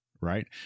right